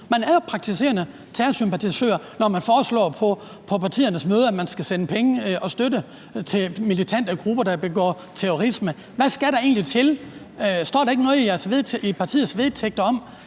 Man er jo praktiserende terrorsympatisør, når man foreslår på partiets møde, at man skal sende penge og støtte til militante grupper, der begår terrorisme. Hvad skal der egentlig til? Står der ikke noget i partiets vedtægter om,